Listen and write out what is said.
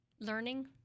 learning